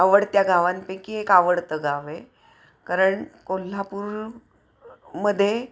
आवडत्या गावांपैकी एक आवडतं गाव आहे कारण कोल्हापूरमध्ये